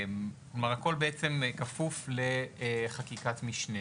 כלומר, הכל, בעצם, כפוף לחקיקת משנה.